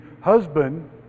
husband